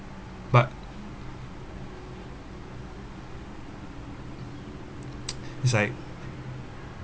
but it's like